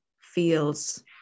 feels